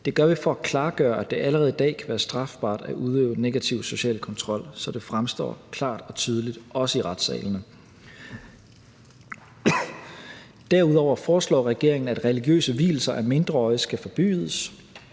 Det gør vi for at klargøre, at det allerede i dag kan være strafbart at udøve negativ social kontrol, så det fremstår klart og tydeligt, også i retssalene. Derudover foreslår regeringen, at religiøse vielser af mindreårige skal forbydes,